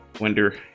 Wonder